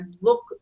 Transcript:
look